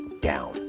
down